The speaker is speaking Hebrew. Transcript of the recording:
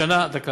אתה לא, דקה.